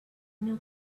new